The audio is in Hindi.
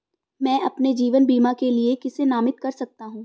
मैं अपने जीवन बीमा के लिए किसे नामित कर सकता हूं?